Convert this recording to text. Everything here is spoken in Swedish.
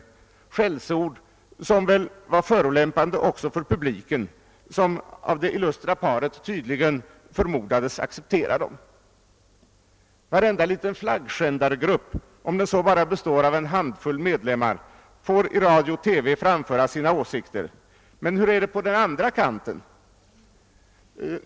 Det var skällsord som väl också var förolämpande för publiken som av det illustra paret tydligen förmodades acceptera skällsorden. Varenda liten flaggskändargrupp, om den så bara består av en handfull medlemmar, får i radio/TV framföra sina åsikter. Men hur är det på den andra kanten?